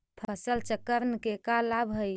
फसल चक्रण के का लाभ हई?